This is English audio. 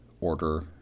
order